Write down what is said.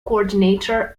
coordinator